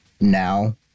now